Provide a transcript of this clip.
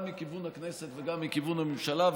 גם מכיוון הכנסת וגם מכיוון הממשלה.